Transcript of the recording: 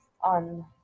On